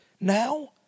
Now